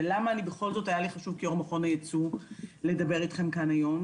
ולמה בכל זאת היה לי חשוב כיו"ר מכון היצוא לדבר איתכם כאן היום?